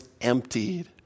emptied